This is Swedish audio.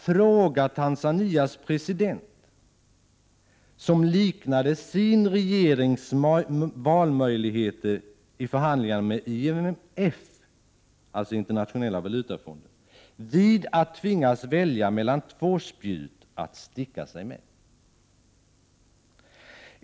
Fråga Tanzanias president, som liknade sin regerings valmöjligheteri förhandlingar med IMF vid att tvingas välja mellan två spjut att sticka sig med.